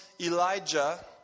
Elijah